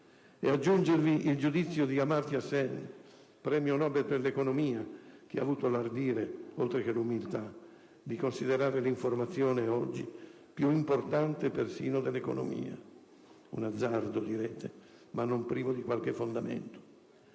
aggiungervi il giudizio di Amartya Sen, premio Nobel per l'economia, che ha avuto l'ardire, oltre che l'umiltà, di considerare l'informazione oggi più importante persino dell'economia: un azzardo - direte - ma non privo di qualche fondamento.